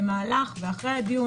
במהלך ואחרי הדיון.